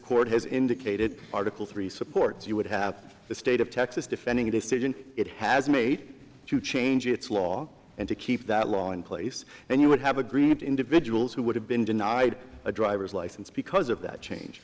court has indicated article three supports you would have the state of texas defending the decision it has made to change its law and to keep that law in place and you would have agreed that individuals who would have been denied a driver's license because of that change